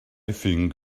think